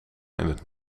het